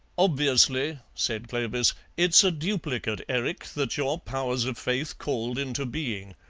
obviously, said clovis, it's a duplicate erik that your powers of faith called into being.